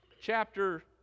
chapter